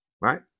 Right